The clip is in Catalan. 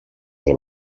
del